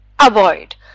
avoid